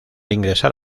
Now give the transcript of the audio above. ingresar